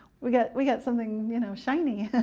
we got we got something you know shiny.